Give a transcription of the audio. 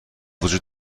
وجود